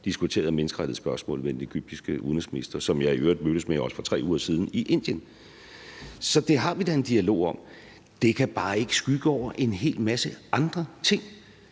diskuterede menneskerettighedsspørgsmål med den egyptiske udenrigsminister, som jeg i øvrigt også mødtes med for 3 uger siden i Indien. Så det har vi da en dialog om. Det kan bare ikke skygge for en hel masse andre ting,